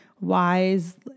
wise